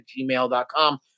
gmail.com